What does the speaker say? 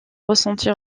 ressentir